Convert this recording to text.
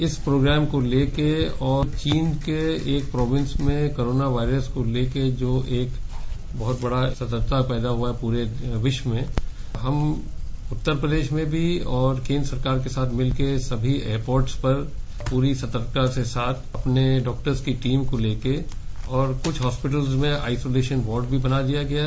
हम प्रोग्राम को लेके और चीन के एक प्रोवेंश में कोराना वायरस को लेकर जो एक बहुत बड़ी सतर्कता पैदा हुआ पूरे विश्व में हम उत्तर प्रदेश में भी और केन्द्र सरकार के साथ मिलकर सभी एयर पोर्ट्स पर पूरी सतर्कता के साथ अपने डॉक्टर की टीम को लेकर कुछ हॉस्पिटल में आई सोलेशन वार्ड भी बना दिया गया है